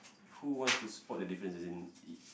who wants to spot the difference as in